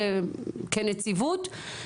כנציבות,